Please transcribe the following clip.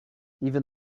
even